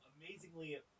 amazingly